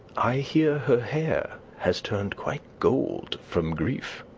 i hear her hair has turned quite gold from grief.